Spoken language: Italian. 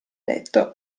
letto